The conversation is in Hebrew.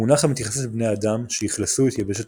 מונח המתייחס לבני האדם שאכלסו את יבשת